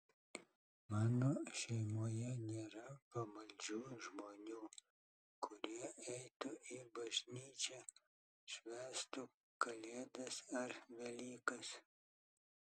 mano šeimoje nėra pamaldžių žmonių kurie eitų į bažnyčią švęstų kalėdas ar velykas